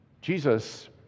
Jesus